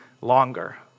longer